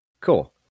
Cool